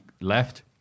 left